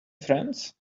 friends